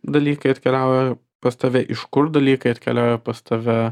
dalykai atkeliauja pas tave iš kur dalykai atkeliauja pas tave